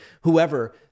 whoever